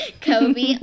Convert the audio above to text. Kobe